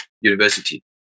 university